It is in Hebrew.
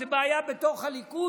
זו בעיה בתוך הליכוד.